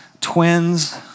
twins